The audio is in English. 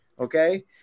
okay